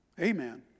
Amen